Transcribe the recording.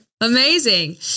amazing